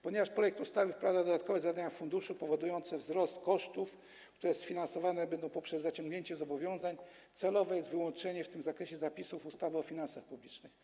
Ponieważ projekt ustawy wprowadza dodatkowe zadania funduszu powodujące wzrost kosztów, które będą sfinansowane poprzez zaciągnięcie zobowiązań, celowe jest wyłączenie w tym zakresie zapisów ustawy o finansach publicznych.